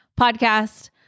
podcast